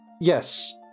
Yes